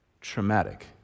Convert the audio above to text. traumatic